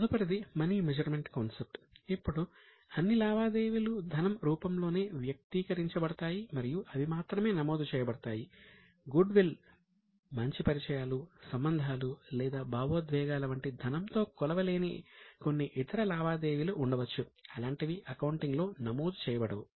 తదుపరిది money measurement concept మంచి పరిచయాలు సంబంధాలు లేదా భావోద్వేగాల వంటి ధనంతో కొలవలేని కొన్ని ఇతర లావాదేవీలు ఉండవచ్చు అలాంటివి అకౌంటింగ్లో నమోదు చేయబడవు